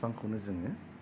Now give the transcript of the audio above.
बिफांखौनो जोङो